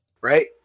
Right